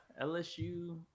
LSU